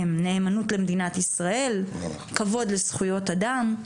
הם נאמנות למדינת ישראל, כבוד לזכויות אדם,